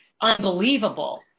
unbelievable